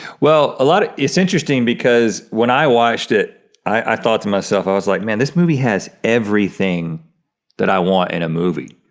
well, a lot of, it's interesting because when i watched it, i thought to myself, i was like man, this movie has everything that i want in a movie.